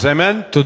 Amen